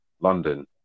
London